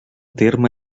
terme